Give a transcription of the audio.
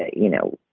you know,